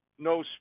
No